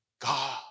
God